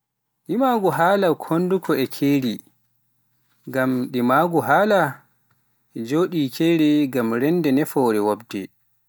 ndimaagu haala honduko e keeri, ngam ndimaagu haala ina jogii keeri ngam reende nafoore woɗɓe